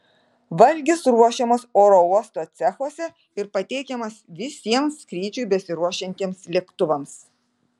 valgis ruošiamas oro uosto cechuose ir pateikiamas visiems skrydžiui besiruošiantiems lėktuvams